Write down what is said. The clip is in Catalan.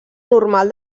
normal